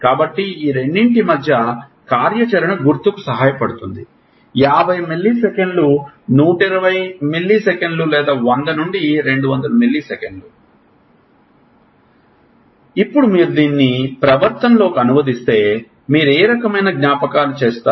కాబట్టి ఈ రెండింటి మధ్య కార్యాచరణ గుర్తుకు సహాయపడుతుంది 50 మిల్లీసెకన్లు 120 మిల్లీసెకన్లు లేదా 100 నుండి 200 మిల్లీసెకన్లు ఇప్పుడు మీరు దీన్ని ప్రవర్తనలోకి అనువదిస్తే మీరు ఏ రకమైన జ్ఞాపకాలు చూస్తారు